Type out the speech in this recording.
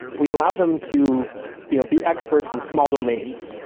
we allow them to feel be experts in small domains,